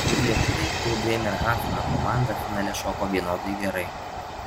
ir lietuviai ir brėmerhafeno komanda finale šoko vienodai gerai